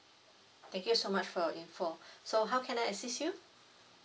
thank you so much for your info so how can I assist you